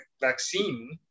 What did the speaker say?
vaccine